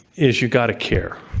is you've got to care.